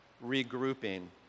Regrouping